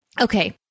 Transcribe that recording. Okay